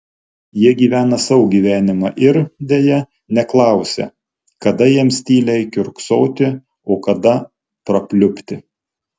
jie gyvena savo gyvenimą ir deja neklausia kada jiems tyliai kiurksoti o kada prapliupti